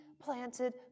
planted